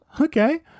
Okay